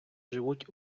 живуть